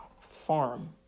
farm